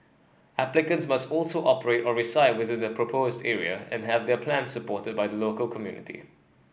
applicants must also operate or reside within the proposed area and have their plans supported by the local community